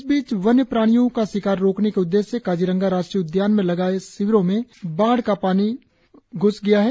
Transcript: इस बीच वन्य प्रणियों का शिकार रोकने के उद्देश्य से काजीरंगा राष्ट्रीय उद्यान में लगाए शिविरों में बाढ़ का पानी घूद गया है